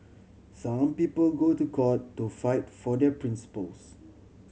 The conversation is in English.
some people go to court to fight for their principles